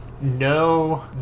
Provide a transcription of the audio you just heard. no